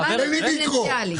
תן לי מיקרו,